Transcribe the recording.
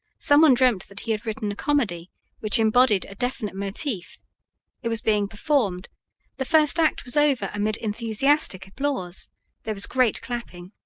some one dreamt that he had written a comedy which embodied a definite motif it was being performed the first act was over amid enthusiastic applause there was great clapping.